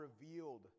revealed